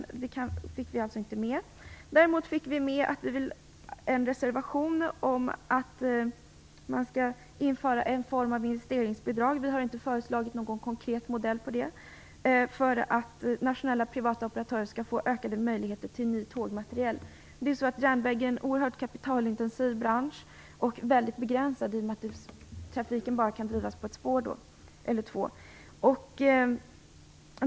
Men det yrkandet fick vi alltså med. Däremot har vi en reservation om att man skall införa en form av investeringsbidrag. Vi har inte föreslagit någon konkret modell för detta, men syftet är att nationella privata operatörer skall få ökade möjligheter till ny tågmateriel. Järnvägen är en oerhört kapitalintensiv bransch och väldigt begränsad eftersom trafik bara kan bedrivas på två spår.